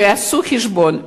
שיעשו חשבון,